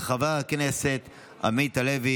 בתוספת קולה של חברת הכנסת קארין אלהרר,